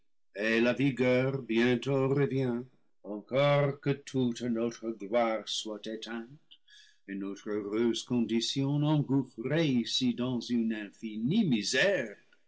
et la vi gueur bientôt revient encore que toute notre gloire soit éteinte et notre heureuse condition engouffrée ici dans une infinie misère